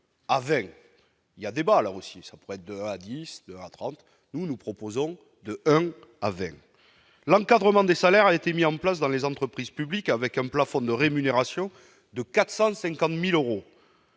il y a débat là aussi s'apprête de à 10 à 30 nous nous proposons de avec l'encadrement des salaires a été mis en place dans les entreprises publiques, avec un plafond de rémunération de 450000 euros.